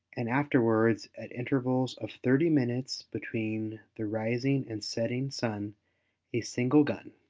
and afterwards at intervals of thirty minutes between the rising and setting sun a single gun,